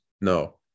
no